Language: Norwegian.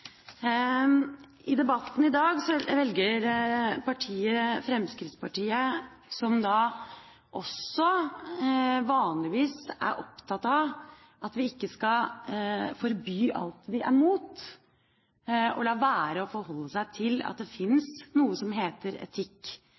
I debatten i dag velger Fremskrittspartiet, som vanligvis er opptatt av at vi ikke skal forby alt vi er imot, å la være å forholde seg til at det fins noe som heter etikk